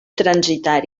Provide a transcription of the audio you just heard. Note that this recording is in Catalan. transitar